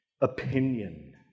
opinion